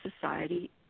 Society